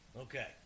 Okay